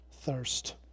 thirst